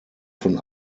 von